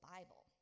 Bible